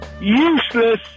useless